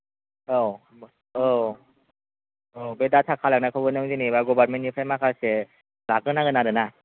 औ औ औ बे दाथा खालानायखौबो नों जेनोबा गभरमेन्टनिफ्राय माखासे दाहो नांगोन आरो ना